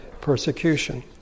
persecution